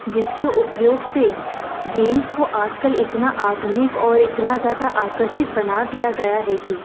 जिसके उपयोग से गेम्स को आजकल इतना आधुनिक और इतना ज़्यादा आकर्षित बना दिया गया है कि